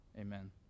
Amen